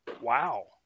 Wow